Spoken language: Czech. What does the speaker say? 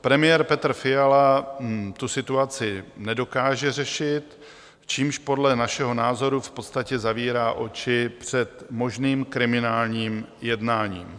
Premiér Petr Fiala tu situaci nedokáže řešit, čímž podle našeho názoru v podstatě zavírá oči před možným kriminálním jednáním.